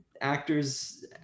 actors